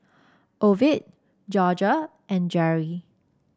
Ovid Jorja and Geri